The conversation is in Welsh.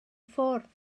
ffwrdd